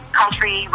country